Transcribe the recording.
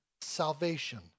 salvation